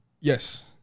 yes